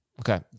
Okay